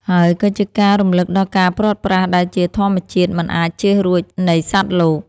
ហើយក៏ជាការរំលឹកដល់ការព្រាត់ប្រាសដែលជាធម្មជាតិមិនអាចចៀសរួចនៃសត្វលោក។